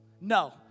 No